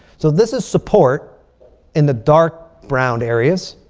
so this is support in the dark brown areas.